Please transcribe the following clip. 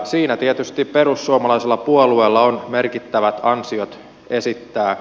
siinä tietysti perussuomalaisella puolueella on merkittävät ansiot esittää